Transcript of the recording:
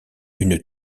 une